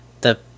the-